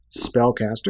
spellcaster